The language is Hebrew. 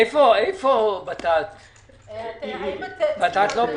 שאלת שאלה שמעצבנת